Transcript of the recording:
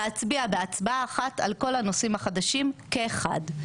להצביע בהצבעה אחת על כל הנושאים החדשים כאחד.